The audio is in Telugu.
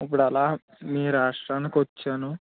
ఇప్పుడు అలా మీ రాష్ట్రానికి వచ్చాను